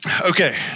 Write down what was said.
Okay